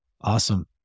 Awesome